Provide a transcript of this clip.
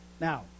Now